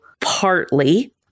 partly